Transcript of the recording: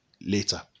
later